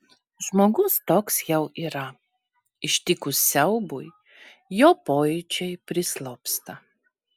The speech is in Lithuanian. žmogus toks jau yra ištikus siaubui jo pojūčiai prislopsta